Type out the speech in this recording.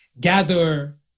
gather